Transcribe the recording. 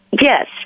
Yes